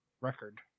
record